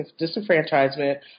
disenfranchisement